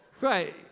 Right